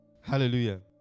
Hallelujah